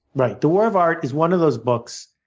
right. the war of art is one of those books,